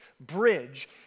bridge